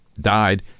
died